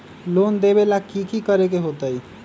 Loan लेबे ला की कि करे के होतई?